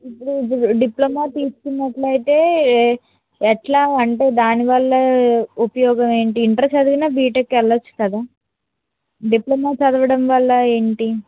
ఇప్పుడు ఇప్పుడు డిప్లమా తీసుకున్నట్టు అయితే ఎట్లా అంటే దానివల్ల ఉపయోగం ఏంటి ఇంటర్ చదివిన బీటెక్ వెళ్ళవచ్చు కదా డిప్లమా చదవడం వల్ల ఏంటి